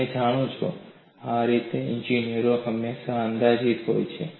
તમે જાણો છો આ રીતે ઈજનેરો હંમેશા અંદાજિત હોય છે